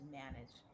manage